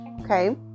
Okay